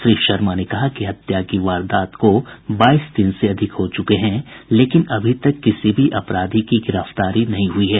श्री शर्मा ने कहा कि हत्या की वारदात को बाईस दिन से अधिक हो चुके हैं लेकिन अभी तक किसी भी अपराधी की गिरफ्तारी नहीं हुई है